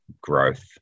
growth